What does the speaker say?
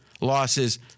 losses